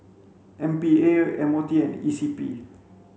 M P A M O T and E C P